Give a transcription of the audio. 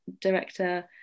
director